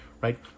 right